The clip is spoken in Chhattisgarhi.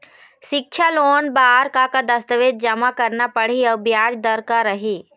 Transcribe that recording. सिक्छा लोन बार का का दस्तावेज जमा करना पढ़ही अउ ब्याज दर का रही?